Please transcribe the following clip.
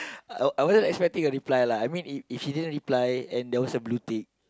I I wasn't expecting a reply lah I mean if if she didn't reply and there was a blue tick